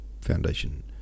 Foundation